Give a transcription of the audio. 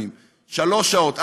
שלוש שעות,